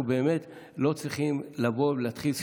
אנחנו באמת לא צריכים לבוא ולהתחיל,